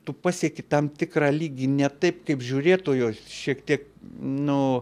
tu pasieki tam tikrą lygį ne taip kaip žiūrėtojo šiek tiek nu